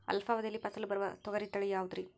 ಅಲ್ಪಾವಧಿಯಲ್ಲಿ ಫಸಲು ಬರುವ ತೊಗರಿ ತಳಿ ಯಾವುದುರಿ?